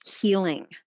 healing